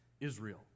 Israel